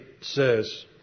says